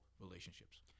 relationships